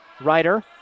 Ryder